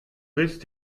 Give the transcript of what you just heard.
bist